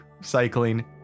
cycling